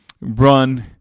run